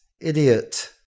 Idiot